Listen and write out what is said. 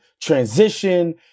transition